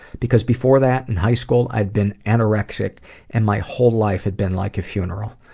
because before that, in high school, i'd been anorexic and my whole life had been like a funeral.